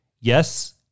yes